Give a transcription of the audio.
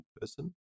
person